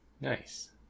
Nice